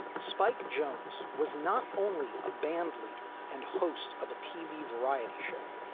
spike jones was not only a band leader and host of a tv variety show,